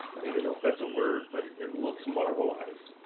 and even know if that's a word, but it looks marbleized.